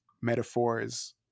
metaphors